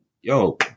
Yo